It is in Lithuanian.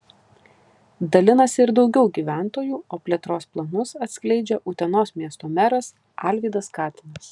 dalinasi ir daugiau gyventojų o plėtros planus atskleidžia utenos miesto meras alvydas katinas